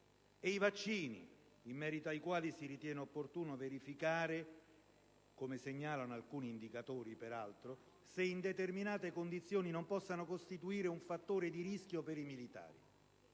i vaccini, in merito ai quali si ritiene opportuno verificare, come segnalano alcuni indicatori, se in determinate condizioni non possano costituire un fattore di rischio per i militari.